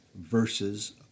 versus